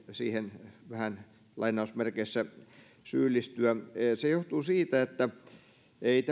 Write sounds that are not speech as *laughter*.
siihen vähän lainausmerkeissä syyllistyä se johtuu siitä että ei *unintelligible*